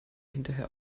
hinterher